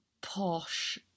posh